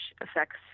affects